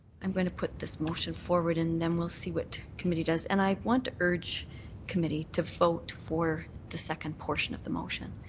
um put this motion forward and then we'll see what committee does. and i want to urge committee to vote for the second portion of the motion.